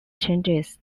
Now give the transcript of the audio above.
changes